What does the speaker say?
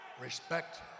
Respect